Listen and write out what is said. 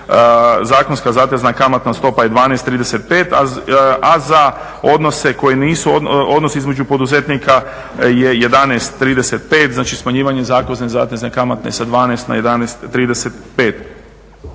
zakonska zatezna kamatna stopa je 12,35 a za odnose koji nisu, odnosi između poduzetnika je 11,35. Znači smanjivanje zakonske zatezne kamate sa 12 na 11,35.